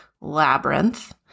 labyrinth